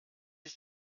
ich